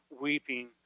weeping